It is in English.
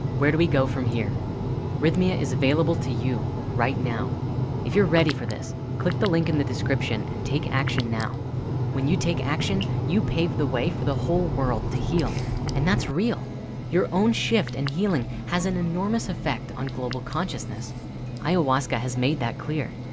where do we go from here a ah is available to you right now if you're ready for this click the link in the description and take action now when you take action you pave the way for the whole world to heal and that's real your own shift and healing has an enormous effect on global consciousness ayahuasca has made that clear.